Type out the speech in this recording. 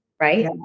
right